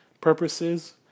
purposes